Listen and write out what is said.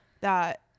that-